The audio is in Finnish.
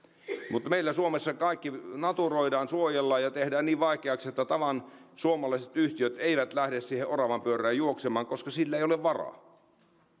kansalle mutta meillä suomessa kaikki naturoidaan suojellaan ja tehdään niin vaikeaksi että tavan suomalaiset yhtiöt eivät lähde siihen oravanpyörään juoksemaan koska niillä ei ole varaa